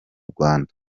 rwanda